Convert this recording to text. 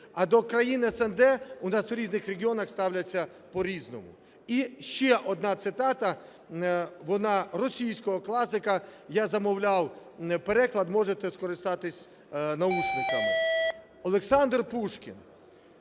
А до країн СНД у нас в різних регіонах ставляться по-різному. І ще одна цитата, вона російського класика. Я замовляв переклад, можете скористатись навушниками. Олександр Пушкін: